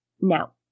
Now